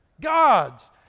God's